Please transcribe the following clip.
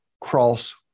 cross